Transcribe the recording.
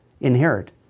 inherit